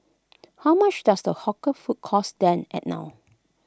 how much does the hawker food cost then and now